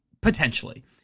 Potentially